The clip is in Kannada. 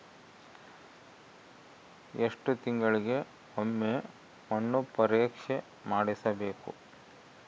ಎಷ್ಟು ತಿಂಗಳಿಗೆ ಒಮ್ಮೆ ಮಣ್ಣು ಪರೇಕ್ಷೆ ಮಾಡಿಸಬೇಕು?